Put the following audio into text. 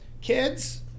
Kids